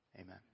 Amen